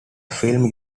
film